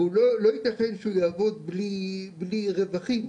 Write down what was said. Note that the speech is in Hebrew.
לא ייתכן שהוא יעבוד בלי רווחים.